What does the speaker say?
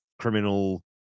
criminal